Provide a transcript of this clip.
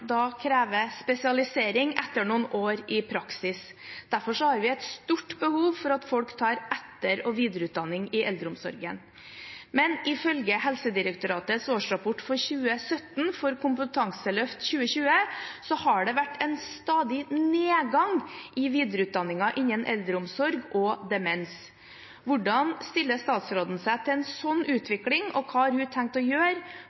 spesialisering etter noen år i praksis. Derfor har vi et stort behov for at folk tar etter- og videreutdanning i eldreomsorgen. Men ifølge Helsedirektoratets årsrapport for 2017 har det i forbindelse med Kompetanseløft 2020 vært en stadig nedgang i videreutdanningen innen eldreomsorg og demens. Hvordan stiller statsråden seg til en slik utvikling, og hva har hun tenkt å gjøre